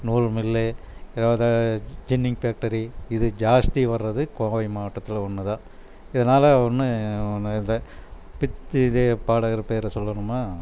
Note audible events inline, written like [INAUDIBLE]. நூல் mill [UNINTELLIGIBLE] ginning factory இது ஜாஸ்தி வர்றது கோவை மாவட்டத்தில் ஒன்று தான் இதனால ஒன்னும் பித் இது பாடகர் பெயரு சொல்லணுமா